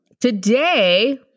today